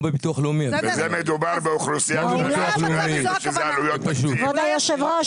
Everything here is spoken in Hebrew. וזה מדובר באוכלוסייה שזה עלויות --- כבוד היושב ראש,